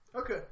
Okay